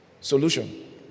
Solution